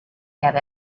get